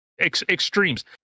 extremes